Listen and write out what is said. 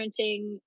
parenting